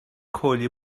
کولی